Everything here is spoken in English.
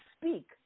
speak